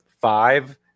five